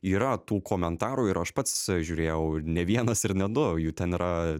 yra tų komentarų ir aš pats žiūrėjau ir ne vienas ir ne du jų ten yra